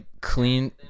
clean